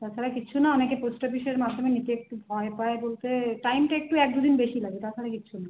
তাছাড়া কিচ্ছু না অনেকে পোস্ট অফিসের মাধ্যমে নিতে একটু ভয় পায় বলতে টাইমটা একটু এক দু দিন বেশি লাগে তাছাড়া কিচ্ছু না